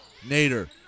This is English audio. Nader